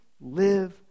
live